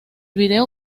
video